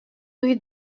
rue